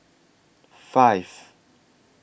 five